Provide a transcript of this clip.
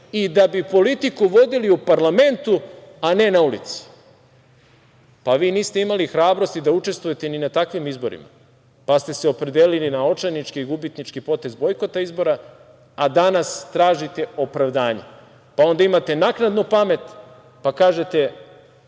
i da bi politiku vodili u parlamentu, a ne na ulici. Vi niste imali hrabrosti ni da učestvujete ni na takvim izborima, pa ste se opredelili na očajnički i gubitnički potez bojkote izbora, a danas tražite opravdanje. Onda imate naknadnu pamet, pa kažete